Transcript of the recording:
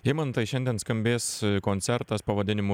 imantai šiandien skambės koncertas pavadinimu